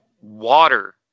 water